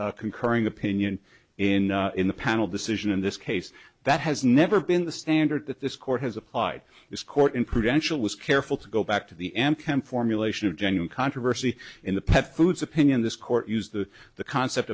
rendall's concurring opinion in in the panel decision in this case that has never been the standard that this court has applied this court in prudential was careful to go back to the m m formulation of genuine controversy in the pet foods opinion this court used the the concept